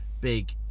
big